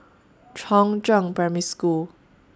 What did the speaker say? Chongzheng Primary School